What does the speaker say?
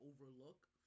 overlook